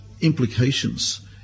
Implications